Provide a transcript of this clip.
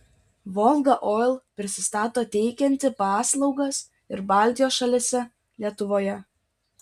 volga oil prisistato teikianti paslaugas ir baltijos šalyse lietuvoje